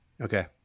Okay